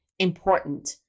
Important